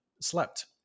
slept